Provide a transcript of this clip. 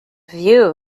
view